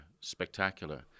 spectacular